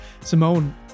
Simone